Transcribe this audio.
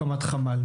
הקמת חמ"ל,